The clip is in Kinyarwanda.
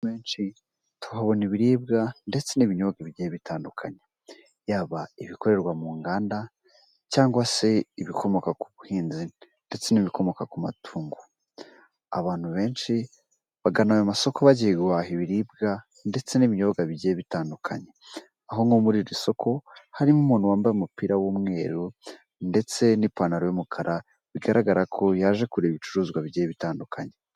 Tuhabona ibiribwa ndetse n'ibinyobwa bitandukanye yaba ibikorerwa mu nganda cyangwa se ibikomoka ku buhinzi ndetse n'ibikomoka ku matungo abantu benshi bagana ayo masoko bagiye guhaha ibiribwa ndetse n'ibinyobwa bigiye bitandukanye. Aho nko muri iri soko harimo umuntu wambaye umupira w'umweru ndetse n'ipantaro y'umukara bigaragara ko yaje kureba ibicuruzwa bigiye bitandukanye.